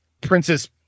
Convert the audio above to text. Princess